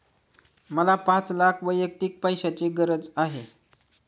मला पाच लाख वैयक्तिक पैशाची गरज आहे